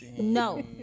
No